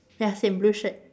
ya same blue shirt